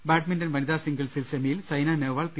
badminton വനിതാസിംഗിൾസ് സെമിയിൽ Saina Nehwal P